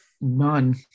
None